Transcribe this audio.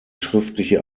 schriftliche